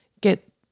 get